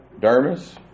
dermis